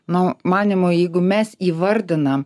nuo manymo jeigu mes įvardiname